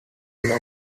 log